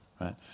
right